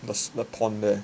the pond there